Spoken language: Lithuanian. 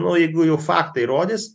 nu jeigu jau faktai rodys